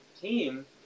team